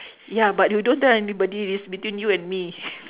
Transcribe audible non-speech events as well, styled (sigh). ya but you don't tell anybody this between you and me (laughs)